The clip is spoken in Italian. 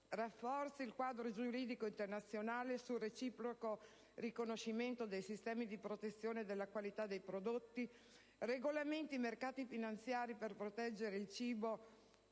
rafforzi il quadro giuridico internazionale sul reciproco riconoscimento dei sistemi di protezione della qualità dei prodotti, regolamenti i mercati finanziari per proteggere il cibo